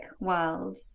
world